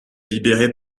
libéré